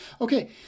Okay